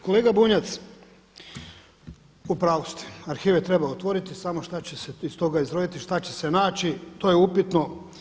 Kolega Bunjac, u pravu ste, arhive treba otvoriti samo šta će se iz toga izroditi, šta će se naći to je upitno.